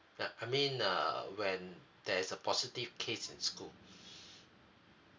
uh I mean uh when there is a positive case in school